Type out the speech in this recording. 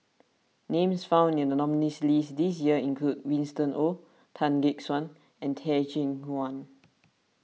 names found in the nominees' list this year include Winston Oh Tan Gek Suan and Teh Cheang Wan